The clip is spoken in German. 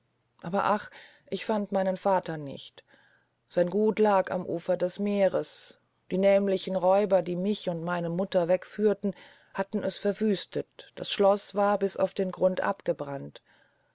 aber ach ich fand meinen vater nicht sein gut lag am ufer des meeres die nemlichen räuber die mich und meine mutter wegführten hatten es verwüstet das schloß war bis auf den grund abgebrannt